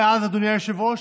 מאז, אדוני היושב-ראש,